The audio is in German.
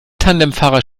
tandemfahrer